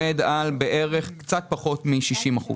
הרבה פעמים לעסק אין יכולת החזר,